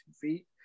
feet